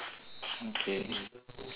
okay